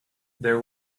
there